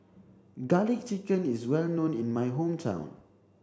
garlic chicken is well known in my hometown